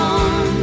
on